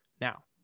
Now